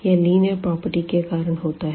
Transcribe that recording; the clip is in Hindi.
यह लीनियर प्रॉपर्टी के कारण होता है